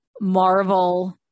Marvel